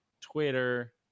Twitter